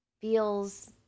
feels